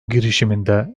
girişiminde